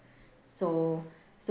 so so